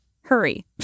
Hurry